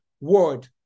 word